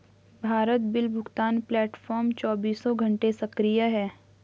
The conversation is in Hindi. भारत बिल भुगतान प्लेटफॉर्म चौबीसों घंटे सक्रिय है